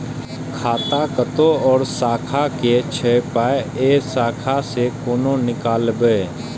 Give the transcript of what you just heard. खाता कतौ और शाखा के छै पाय ऐ शाखा से कोना नीकालबै?